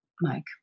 Mike